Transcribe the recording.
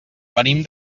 venim